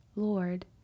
Lord